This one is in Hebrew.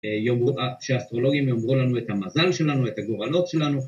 שהאסטרולוגים יאמרו לנו את המזל שלנו, את הגורלות שלנו